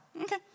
Okay